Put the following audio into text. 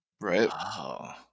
right